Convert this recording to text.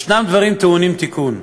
ישנם דברים טעונים תיקון.